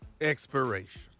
expiration